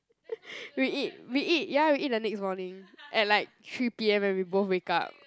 we eat we eat ya we eat the next morning at like three p_m when we both wake up